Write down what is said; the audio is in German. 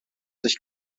sich